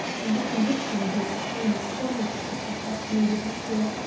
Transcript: and the conviction in his tone astonished the professional detective,